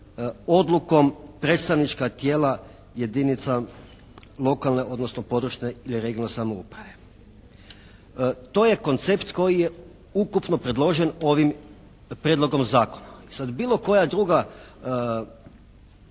odlukom predstavnička tijela jedinica lokalne, odnosno područne ili regionalne samouprave. To je koncept koji je ukupno predložen ovim prijedlogom zakona. I sad bilo koja druga